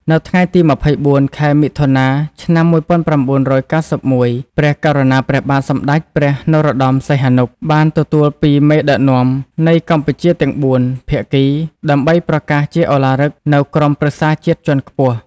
នៅថ្ងៃទី២៤ ខែមិថុនា ឆ្នាំ១៩៩១ ព្រះករុណាព្រះបាទសម្តេចព្រះនរោត្តម សីហនុ បាន ទទួលពីមេដឹកនាំនៃកម្ពុជាទំាង៤ ភាគីដើម្បីប្រកាសជាឧឡារិក នូវក្រុមប្រឹក្សាជាតិជាន់ខ្ពស់ ។